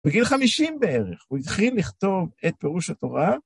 בגיל 50 בערך הוא התחיל לכתוב את פירוש התורה.